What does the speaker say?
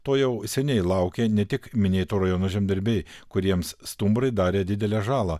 to jau seniai laukia ne tik minėtų rajonų žemdirbiai kuriems stumbrai darė didelę žalą